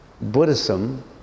Buddhism